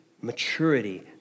maturity